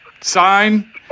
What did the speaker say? sign